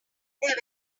were